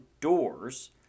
doors